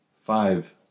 Five